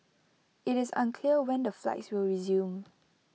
IT is unclear when the flights will resume